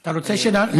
אתה רוצה שאלה?